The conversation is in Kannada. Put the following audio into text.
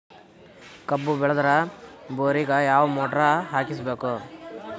ಕಬ್ಬು ಬೇಳದರ್ ಬೋರಿಗ ಯಾವ ಮೋಟ್ರ ಹಾಕಿಸಬೇಕು?